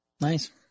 Nice